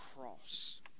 cross